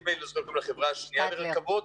אני לא זוכר איך קוראים לחברה השנייה לרכבות.